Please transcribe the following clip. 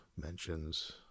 mentions